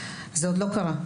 זה עוד לא קרה.